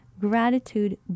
Gratitude